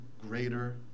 greater